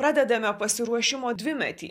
pradedame pasiruošimo dvimetį